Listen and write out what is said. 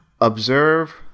Observe